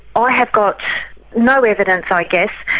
ah i have got no evidence, i guess,